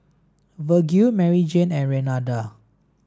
Virgil Maryjane and Renada